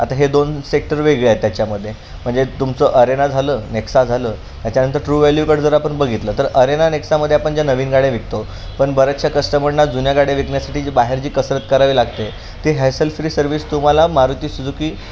आता हे दोन सेक्टर वेगळे आहेत त्याच्यामध्ये म्हणजे तुमचं अरेना झालं नेक्सा झालं त्याच्यानंतर ट्रू व्हॅल्यूकडे जर आपण बघितलं तर अरेना नेक्सामध्ये आपण ज्या नवीन गाडी विकतो पण बऱ्याचशा कस्टमरना जुन्या गाडी विकण्यासाठी जी बाहेरची कसरत करावी लागते ती हॅसल फ्री सर्विस तुम्हाला मारुती सुजूकी